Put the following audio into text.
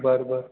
बरं बरं